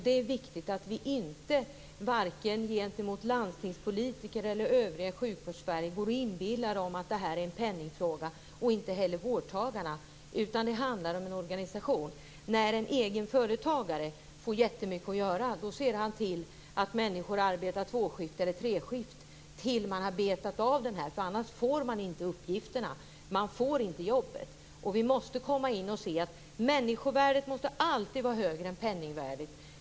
Det är viktigt att vi inte försöker inbilla vare sig landstingspolitiker eller övriga Sjukvårdssverige och inte heller vårdtagarna att detta är en penningfråga. Det handlar om organisation. När en egenföretagare får mycket att göra ser han till att människor arbetar tvåskift eller treskift tills man har betat av arbetsuppgifterna, annars får man inte uppgifterna. Man får inte jobbet. Människovärdet måste alltid vara högre än penningvärdet.